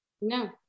No